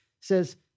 says